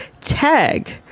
tag